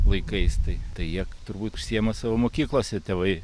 laikais tai tai jie turbūt užsiima savo mokyklose tėvai